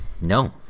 no